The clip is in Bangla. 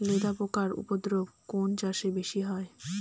লেদা পোকার উপদ্রব কোন চাষে বেশি হয়?